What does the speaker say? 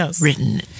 written